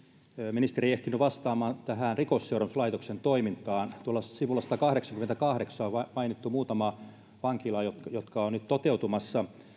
ministeri ei ehtinyt vastaamaan tähän rikosseuraamuslaitoksen toimintaan tuolla sivulla satakahdeksankymmentäkahdeksan on mainittu muutama vankila jotka jotka ovat nyt toteutumassa